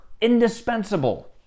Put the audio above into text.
indispensable